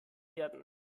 werden